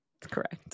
correct